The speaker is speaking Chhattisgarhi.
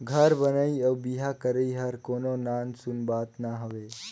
घर बनई अउ बिहा करई हर कोनो नान सून बात ना हवे